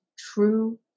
true